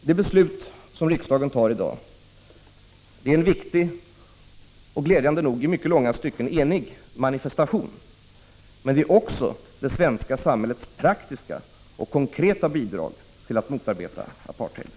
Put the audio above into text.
Det beslut som riksdagen kommer att fatta i dag blir en viktig och, glädjande nog, i långa stycken enhällig manifestation. Beslutet blir också det svenska samhällets praktiska och konkreta bidrag till att motarbeta apartheid.